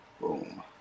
boom